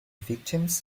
victims